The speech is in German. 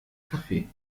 kaffee